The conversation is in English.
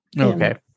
Okay